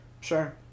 Sure